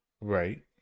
Right